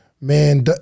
man